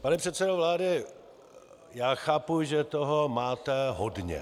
Pane předsedo vlády, já chápu, že toho máte hodně.